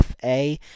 FA